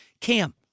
Cam